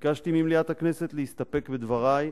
ביקשתי ממליאת הכנסת להסתפק בדברי,